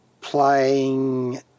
playing